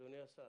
אדוני השר.